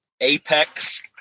apex